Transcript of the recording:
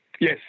Yes